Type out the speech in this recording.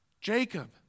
Jacob